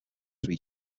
three